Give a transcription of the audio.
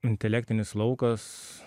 intelektinis laukas